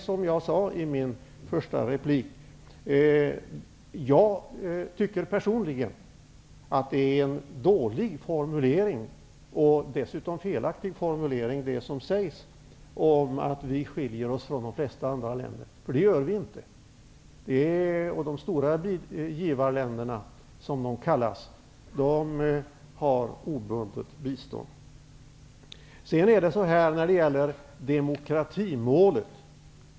Som jag sade i min första replik tycker jag personligen att detta är en dålig och felaktig formulering, dvs. att vi skiljer oss från de flesta andra länder. Det gör vi inte. De stora givarländerna har obundet bistånd. Vidare har vi frågan om demokratimålet.